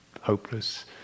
hopeless